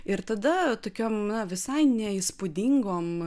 ir tada tokiom na visai neįspūdingom